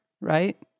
right